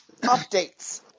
updates